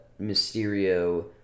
Mysterio